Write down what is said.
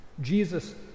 Jesus